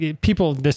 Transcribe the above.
people